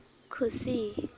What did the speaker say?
ᱠᱷᱩᱥᱤ